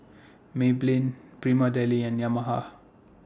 Maybelline Prima Deli and Yamaha